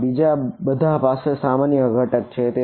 હા બીજા બધા પાસે સામાન્ય ઘટક છે